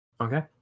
Okay